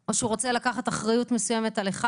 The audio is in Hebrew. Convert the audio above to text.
או שהוא רוצה לקחת אחריות מסוימת על אחד